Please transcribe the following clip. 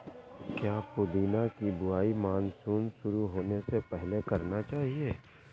क्या पुदीना की बुवाई मानसून शुरू होने से पहले करना चाहिए?